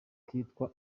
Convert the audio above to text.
kitwa